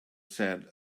said